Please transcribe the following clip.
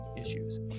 issues